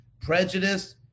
prejudice